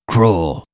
Cruel